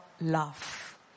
love